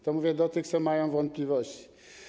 To mówię do tych, co mają wątpliwości.